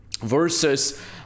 Versus